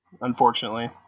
unfortunately